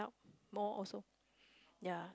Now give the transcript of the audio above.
more also ya